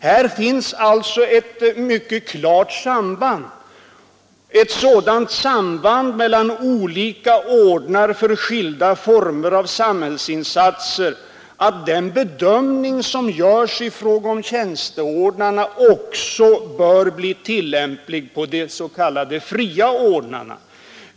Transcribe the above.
Här finns alltså ett så klart samband mellan olika ordnar för skilda former av samhällsinsatser att den bedömninge som görs i fråga om tjänteordnarna också bör bli tillämplig på de s.k. fria ordnarna.